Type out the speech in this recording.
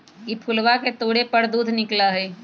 ई फूलवा के तोड़े पर दूध निकला हई